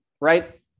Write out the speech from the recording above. right